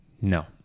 No